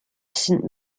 saint